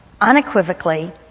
unequivocally